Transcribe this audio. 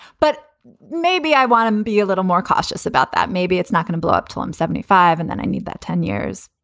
but maybe i want to be a little more cautious about that. maybe it's not going to blow up till i'm seventy five and then i need that ten years,